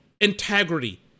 integrity